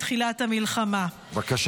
חברת הכנסת לימון סון הר מלך, בבקשה.